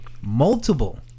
multiple